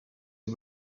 you